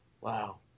wow